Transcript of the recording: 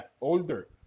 older